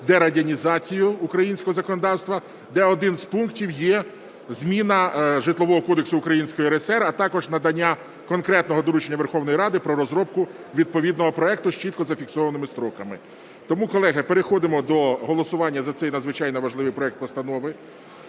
дерадянізацію українського законодавства, де один з пунктів є зміна Житлового кодексу Української РСР, а також надання конкретного доручення Верховної Ради про розробку відповідного проекту з чітко зафіксованими строками. Тому, колеги, переходимо до голосування за цей надзвичайно важливий проект постанови.